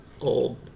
Old